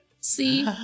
See